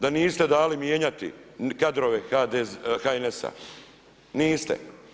Da niste dali mijenjati kadrove HNS-a, niste.